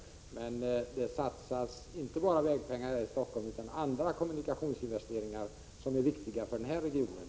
Men det satsas inte bara pengar på vägar här i Stockholm utan det sker också andra kommunikationsinvesteringar som är viktiga för denna region.